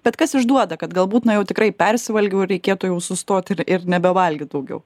bet kas išduoda kad galbūt na jau tikrai persivalgiau reikėtų jau sustot ir ir nebevalgyt daugiau